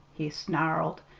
he snarled,